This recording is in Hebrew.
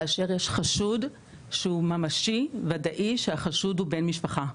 כאשר יש חשוד שהוא ממשי וודאי כשהחשוד הוא בן משפחה.